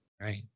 Right